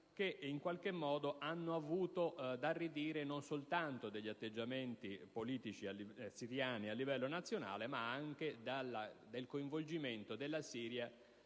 anche quelli che hanno avuto da ridire non soltanto sugli atteggiamenti politici siriani a livello nazionale, ma anche sul coinvolgimento della Siria